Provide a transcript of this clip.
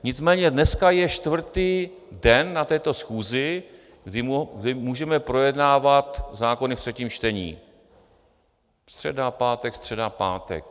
Nicméně dneska je čtvrtý den na této schůzi, kdy můžeme projednávat zákony ve třetím čtení středa, pátek, středa, pátek.